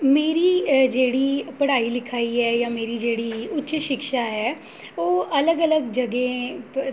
मेरी अ जेह्ड़ी पढ़ाई लिखाई ऐ या मेरी जेह्ड़ी उच्च शिक्षा ऐ ओह् अलग अलग जगहें पर